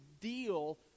deal